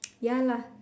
ya lah